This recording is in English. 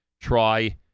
Try